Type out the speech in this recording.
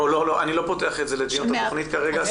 אני לא פותח את התוכנית כרגע לדיון.